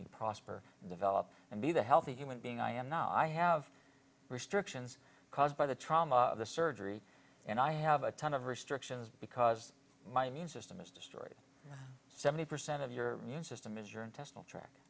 me prosper and develop and be the healthy human being i am now i have restrictions caused by the trauma surgery and i have a ton of restrictions because my immune system is destroyed seventy percent of your immune system is your intestinal trac